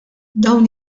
dawn